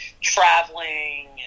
traveling